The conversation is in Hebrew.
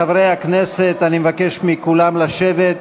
חברי הכנסת, אני מבקש מכולם לשבת.